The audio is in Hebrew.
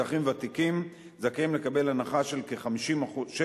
אזרחים ותיקים זכאים לקבל הנחה של 50%